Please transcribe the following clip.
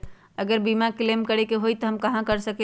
अगर बीमा क्लेम करे के होई त हम कहा कर सकेली?